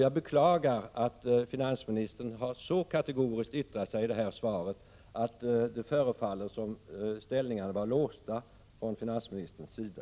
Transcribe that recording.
Jag beklagar att finansministern så kategoriskt yttrar sig i svaret att det förefaller som om ställningarna var låsta från finansministerns sida.